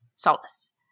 Solace